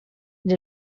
and